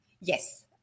yes